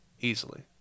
easily